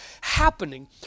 happening